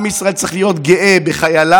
עם ישראל צריך להיות גאה בחייליו,